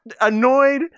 annoyed